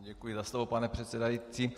Děkuji za slovo, pane předsedající.